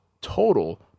total